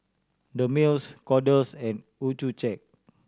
Dermale Kordel's and Accucheck